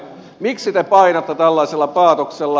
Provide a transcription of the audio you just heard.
miksi te painatte tällaisella paatoksella